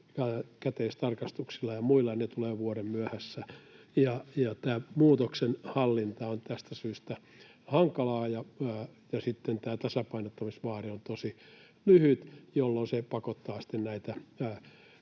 jälkikäteistarkastuksilla ja muilla, ja ne tulevat vuoden myöhässä. Tämän muutoksen hallinta on tästä syystä hankalaa, ja tämä tasapainottamisvaade on tosi lyhyt, jolloin se pakottaa